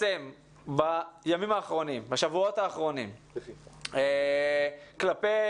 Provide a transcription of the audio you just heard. בימים האחרונים ובשבועות האחרונים התפרסם שמשרד